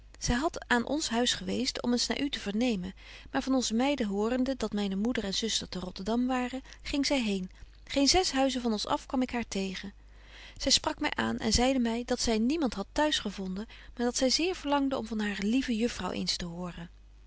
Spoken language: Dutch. zy hadt aan ons huis geweest om eens naar u te vernemen maar van onze meiden horende dat myne moeder en zuster te rotterdam waren ging zy heen geen zes huizen van ons af kwam ik haar tegen zy sprak my aan en zeide my dat zy niemand had t'huis gevonden maar dat zy zeer verlangde om van hare lieve juffrouw